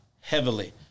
heavily